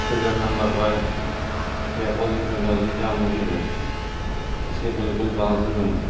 pillar number five کے opposite میں جو عزیزیہ مسجد ہے اس کے بالکل بازو میں ہے